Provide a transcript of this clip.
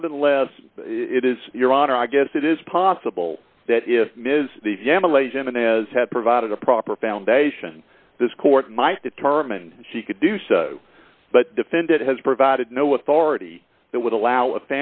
not unless it is your honor i guess it is possible that if ms yeah malaysian as had provided a proper foundation this court might determine she could do so but defendant has provided no authority that would allow a